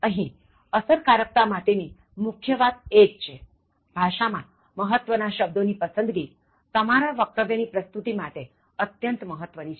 અહીં અસરકારકતા માટે ની મુખ્ય વાત એ જ છેભાષા માં મહત્ત્વ ના શબ્દો ની પસંદગી તમારા વક્તવ્ય ની પ્રસ્તુતિ માટે અત્યંત મહત્ત્વ ની છે